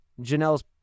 Janelle's